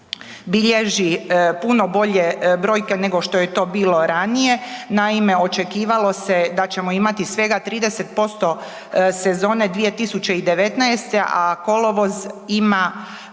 bilježi puno bolje brojke nego što je to bilo ranije. Naime, očekivalo se da ćemo imati svega 30% sezone 2019., a kolovoz ima